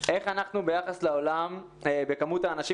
איך אנחנו ביחס לעולם בכמות האנשים